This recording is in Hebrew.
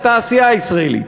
לתעשייה הישראלית.